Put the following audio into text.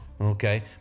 okay